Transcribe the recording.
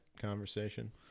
conversation